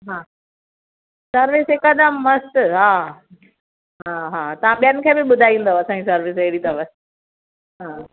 हा सर्विस हिकदमि मस्त हा हा हा तव्हां ॿियनि खे बि ॿुधाईंदव असांजी सर्विस अहिड़ी अथव हा